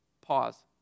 Pause